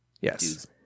Yes